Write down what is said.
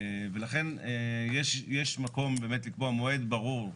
ולכן יש מקום באמת לקבוע מועד ברור,